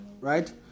right